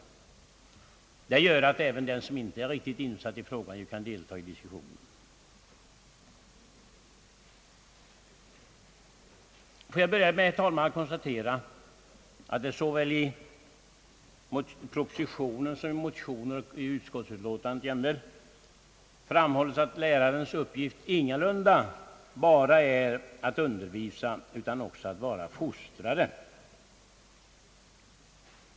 Detta gör emellertid att även den som inte är fullt insatt i frågan kan delta i diskussionen. Jag börjar med, herr talman, att konstatera att det såväl i propositionen som i motionerna och utskottsutlåtandet framhålls att lärarens uppgift ingalunda bara är att undervisa utan också att vara fostrare.